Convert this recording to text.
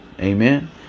Amen